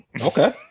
Okay